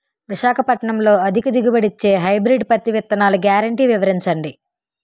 విశాఖపట్నంలో అధిక దిగుబడి ఇచ్చే హైబ్రిడ్ పత్తి విత్తనాలు గ్యారంటీ వివరించండి?